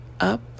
up